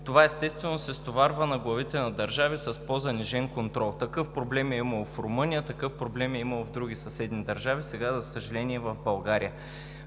Това, естествено, се стоварва на главите на държави с по занижен контрол. Такъв проблем е имало в Румъния, такъв проблем е имало в други съседни държави. Сега, за съжаление, и в България.